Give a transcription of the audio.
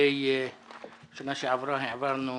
בשנה שעברה העברנו